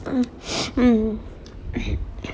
mm mm